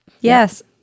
Yes